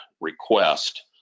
request